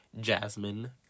Jasmine